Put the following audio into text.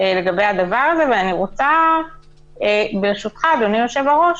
לגבי הדבר הזה, וברשותך, אדוני היושב-ראש,